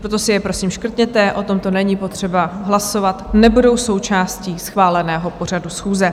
Proto si je prosím škrtněte, o tomto není potřeba hlasovat, nebudou součástí schváleného pořadu schůze.